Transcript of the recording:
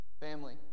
Family